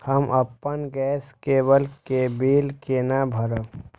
हम अपन गैस केवल के बिल केना भरब?